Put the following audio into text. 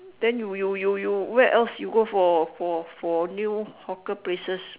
then you you you where else you go for for for new hawker places